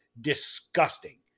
disgusting